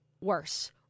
worse